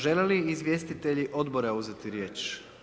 Žele li izvjestitelji odbora uzeti riječ?